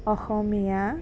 অসমীয়া